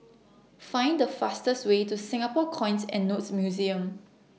Find The fastest Way to Singapore Coins and Notes Museum